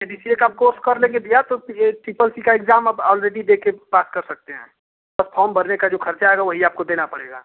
ये D C A का आप कोर्स कर लेंगे भैया तो फिर ये ट्रिपल सी का एक्जाम अब ऑलरेडी दे के पास कर सकते हैं पर फॉम भरने का जो खर्च आयेगा वही आपको देना पड़ेगा